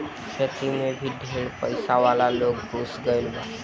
खेती मे भी ढेर पइसा वाला लोग घुस गईल बा